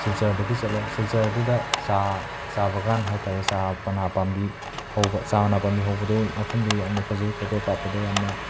ꯁꯤꯜꯆꯔꯗꯒꯤ ꯆꯠꯂꯦ ꯁꯤꯜꯆꯔꯗꯨꯗ ꯆꯥ ꯆꯥ ꯕꯒꯥꯟ ꯍꯥꯏꯇꯥꯔꯦ ꯆꯥ ꯄꯅꯥ ꯄꯥꯝꯕꯤ ꯍꯧꯕ ꯆꯥ ꯃꯅꯥ ꯄꯥꯝꯕꯤ ꯍꯧꯕꯗꯣ ꯃꯐꯝꯗꯣ ꯌꯥꯝꯅ ꯐꯖꯩ ꯐꯣꯇꯣ ꯀꯥꯞꯄꯗ ꯌꯥꯝꯅ